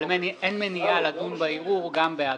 אבל אין מניעה לדון בערעור גם בהיעדרו.